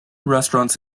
restaurants